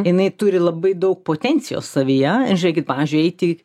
jinai turi labai daug potencijos savyje ir žiūrėkit pavyzdžiui eiti